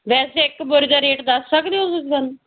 ਵੈਸੇ ਇੱਕ ਬੋਰੀ ਦਾ ਰੇਟ ਦੱਸ ਸਕਦੇ ਹੋ ਤੁਸੀਂ ਸਾਨੂੰ